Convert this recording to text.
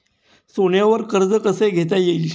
सोन्यावर कर्ज कसे घेता येईल?